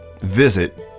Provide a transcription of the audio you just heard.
visit